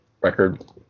record